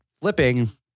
flipping